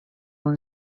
and